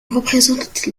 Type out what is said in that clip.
représente